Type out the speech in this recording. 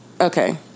Okay